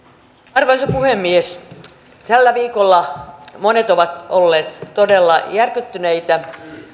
arvoisa puhemies tällä viikolla monet ovat olleet todella järkyttyneitä